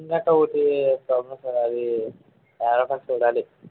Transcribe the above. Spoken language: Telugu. ఇంకా టూ త్రీ ఇక్కడున్నాయి సార్ అవి ఆల్ అఫ్ అస్ చూడాలి